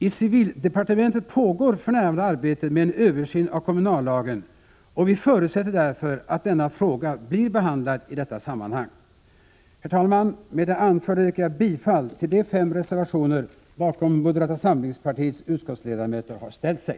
I civildepartementet pågår för närvarande arbetet med en översyn av kommunallagen, och vi förutsätter därför att denna fråga blir behandlad i detta sammanhang. Herr talman! Med det anförda yrkar jag bifall till de fem reservationer bakom vilka moderata samlingspartiets utskottsledamöter har ställt sig.